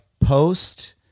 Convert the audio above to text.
post